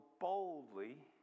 boldly